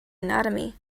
anatomy